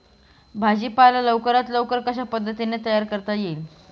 भाजी पाला लवकरात लवकर कशा पद्धतीने तयार करता येईल?